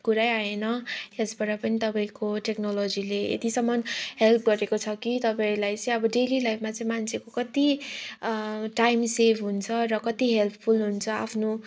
कुरै आएन यसबाट पनि तपाईँको टेक्नोलोजीले यतिसम्म हेल्प गरेको छ कि तपाईँलाई चाहिँ अब डेली लाइफमा चाहिँ मान्छेको कति टाइम सेभ हुन्छ र कति हेल्पफुल हुन्छ आफ्नो